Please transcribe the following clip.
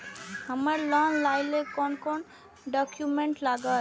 हमरा लोन लाइले कोन कोन डॉक्यूमेंट लागत?